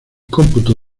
cómputo